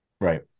Right